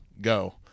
go